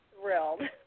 thrilled